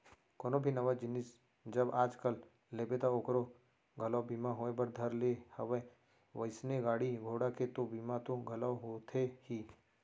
कोनो भी नवा जिनिस जब आज कल लेबे ता ओखरो घलोक बीमा होय बर धर ले हवय वइसने गाड़ी घोड़ा के तो बीमा तो घलौ होथे ही